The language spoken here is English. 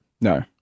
No